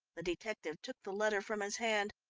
the detective took the letter from his hand.